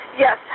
Yes